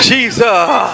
Jesus